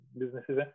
businesses